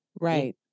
Right